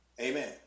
Amen